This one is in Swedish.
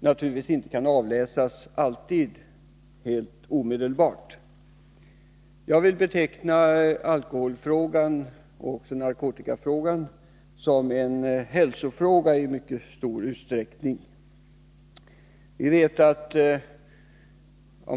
naturligtvis inte kan avläsas helt omedelbart. Jag vill beteckna alkoholoch narkotikafrågorna som i mycket stor utsträckning hälsofrågor.